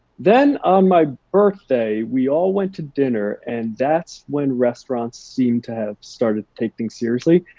then, on my birthday, we all went to dinner and that's when restaurants seemed to have started to take things seriously.